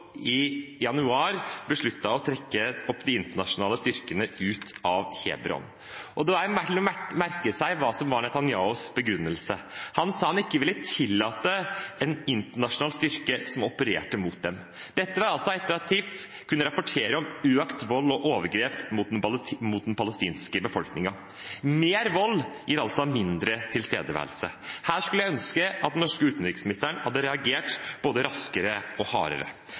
januar besluttet å trekke de internasjonale styrkene ut av Hebron, og det er verdt å merke seg hva som var Netanyahus begrunnelse. Han sa han ikke ville tillate en internasjonal styrke som opererte mot dem. Dette var altså etter at TIPH kunne rapportere mot økt vold og overgrep mot den palestinske befolkningen. Mer vold gir mindre tilstedeværelse. Her skulle jeg ønske at den norske utenriksministeren hadde reagert både raskere og hardere.